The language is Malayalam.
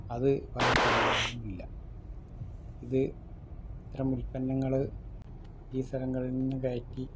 അത് പല സ്ഥലങ്ങളിലുമില്ല ഇത് ഇത്തരം ഉൽപ്പന്നങ്ങൾ ഈ സ്ഥലങ്ങളിൽ നിന്ന് കയറ്റി